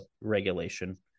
regulation